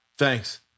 Thanks